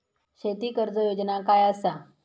शेती कर्ज योजना काय असा?